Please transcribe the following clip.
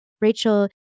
Rachel